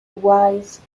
wise